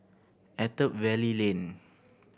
Attap Valley Lane